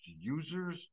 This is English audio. users